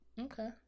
Okay